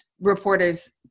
reporters